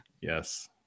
yes